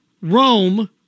Rome